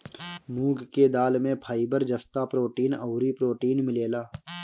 मूंग के दाल में फाइबर, जस्ता, प्रोटीन अउरी प्रोटीन मिलेला